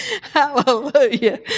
Hallelujah